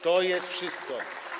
To jest wszystko.